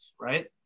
right